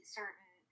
certain